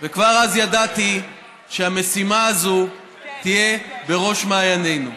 וכבר אז ידעתי שהמשימה הזאת תהיה בראש מעיינינו.